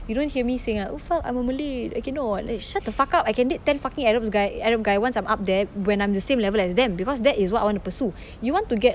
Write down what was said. you don't hear me saying like oh fuck I'm a malay I cannot eh shut the fuck up I can date ten fucking arabs guy arab guy once I'm up there when I'm the same level as them because that is what I want to pursue you want to get